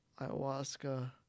ayahuasca